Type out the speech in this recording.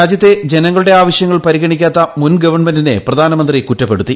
രാജ്യത്തെ ജനങ്ങളുടെ ആവശ്യങ്ങൾ പരിഗണിക്കാത്ത മുൻ ഗവൺമെന്റിനെ പ്രധാനമന്ത്രി കുറ്റപ്പെടുത്തി